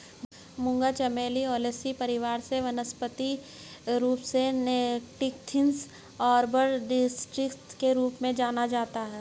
मूंगा चमेली ओलेसी परिवार से वानस्पतिक रूप से निक्टेन्थिस आर्बर ट्रिस्टिस के रूप में जाना जाता है